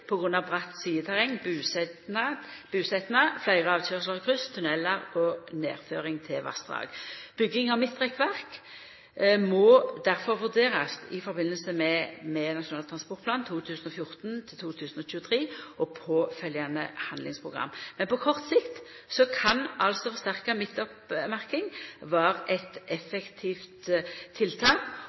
bratt sideterreng, busetnad, fleire avkøyrsler og kryss, tunnelar og nedføring til vassdrag. Bygging av midtrekkverk må difor vurderast i samband med Nasjonal transportplan 2014–2023 og påfølgjande handlingsprogram. Men på kort sikt kan forsterka midtoppmerking vera eit effektivt tiltak.